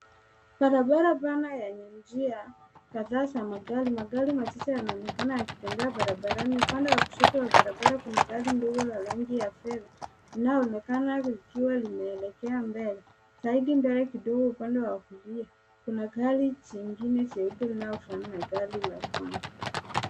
Barabara oana yenye njia kadhaa za magari. Magari machache yanaonekana yakitembea barabarani. Upande wa kushoto wa barabara kuna gari ndogo la rangi ya fedha linaoonekana likiwa linaelekea mbele. Zaidi mbele upande wa kulia kuna gari jingine jeupe linalofanana na gari la kwanza.